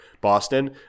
Boston